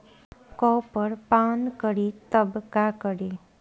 Copper पान करी तब का करी?